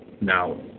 Now